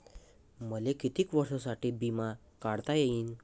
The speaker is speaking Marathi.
मले कितीक वर्षासाठी बिमा काढता येईन?